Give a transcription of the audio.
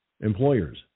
Employers